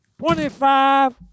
Twenty-five